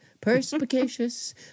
perspicacious